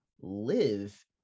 live